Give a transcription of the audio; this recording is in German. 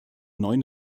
neuen